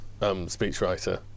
speechwriter